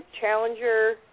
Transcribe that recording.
Challenger